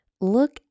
Look